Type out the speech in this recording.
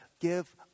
give